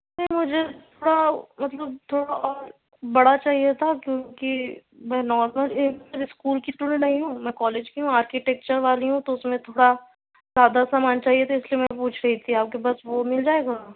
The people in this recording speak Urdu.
نہیں مجھے تھوڑا مطلب تھوڑا اور بڑا چاہیے تھا کیونکہ میں نارمل ایک اسکول کی اسٹوڈینٹ نہیں ہوں میں کالج کی ہوں آرکیٹیکچر والی ہوں تو اُس میں تھوڑا زیادہ سامان چاہیے تو اِس لیے میں پوچھ رہی تھی آپ کے پاس وہ مِل جائے گا